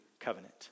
covenant